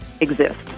exist